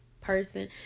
person